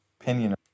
opinion